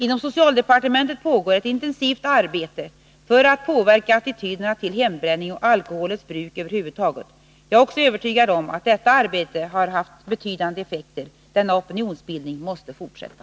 Inom socialdepartementet pågår ett intensivt arbete för att påverka attityderna till hembränning och alkoholbruk över huvud taget. Jag är också övertygad om att detta arbete har haft betydande effekter. Denna opinionsbildning måste fortsätta.